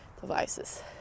devices